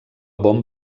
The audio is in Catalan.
bon